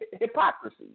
hypocrisy